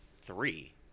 three